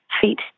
feet